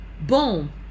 boom